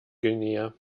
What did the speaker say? guinea